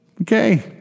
okay